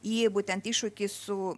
į būtent iššūkį su